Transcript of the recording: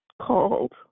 Called